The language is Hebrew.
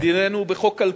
כי ענייננו הוא בחוק כלכלי,